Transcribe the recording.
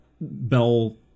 bell